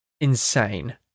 insane